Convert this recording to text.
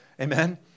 Amen